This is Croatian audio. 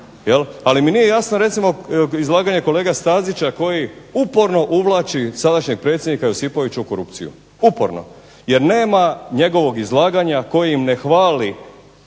Ali mi nije jasno izlaganje kolege Stazića koji uporno uvlači sadašnjeg predsjednik Josipovića u korupciju uporno, jer nema njegovog izlaganja kojim hvali